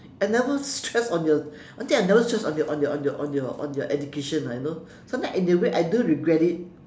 I never stress on their I think never stress on their on their on their on their education lah you know sometimes in a way I do regret it